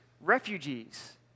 refugees